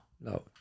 No